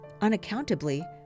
Unaccountably